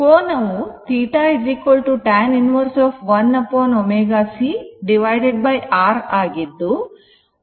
ಕೋನವು θ tan inverse1 ω c Rಆಗಿದ್ದು ಚಿಹ್ನೆ ಇರುತ್ತದೆ